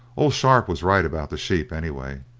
old sharp was right about the sheep, anyway.